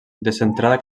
descentrada